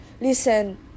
listen